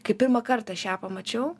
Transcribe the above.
kai pirmą kartą aš ją pamačiau